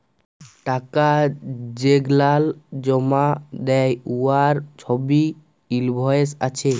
টাকা যেগলাল জমা দ্যায় উয়ার ছবই ইলভয়েস আছে